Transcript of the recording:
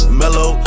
mellow